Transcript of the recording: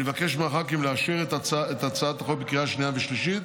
אני מבקש מהח"כים לאשר את הצעת החוק בקריאה השנייה והשלישית.